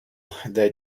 they